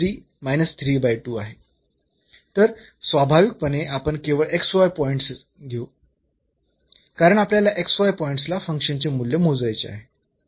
तर स्वाभाविकपणे आपण केवळ पॉईंट्स घेऊ कारण आपल्याला पॉईंटला फंक्शनचे मूल्य मोजायचे आहे